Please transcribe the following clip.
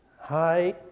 Hi